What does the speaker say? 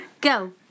Go